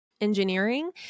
engineering